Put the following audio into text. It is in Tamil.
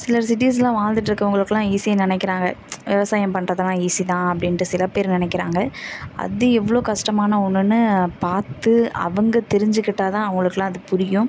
சிலர் சிட்டீஸில் வாழ்ந்துட்ருக்கறவங்களுக்குலாம் ஈஸின்னு நினைக்கிறாங்க விவசாயம் பண்ணுறதுலாம் ஈஸி தான் அப்படின்ட்டு சில பேர் நினைக்கிறாங்க அது எவ்வளோ கஷ்டமான ஒன்றுன்னு பார்த்து அவங்க தெரிஞ்சிக்கிட்டால் தான் அவங்களுக்குலாம் அது புரியும்